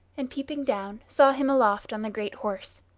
and peeping down, saw him aloft on the great horse.